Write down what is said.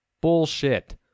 Bullshit